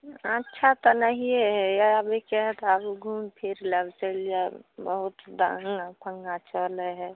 अच्छा तऽ नहिए हइ आब आबैहिए तऽ घुमि फिरि लेब चलि जाएब बहुत पङ्गा चलै हइ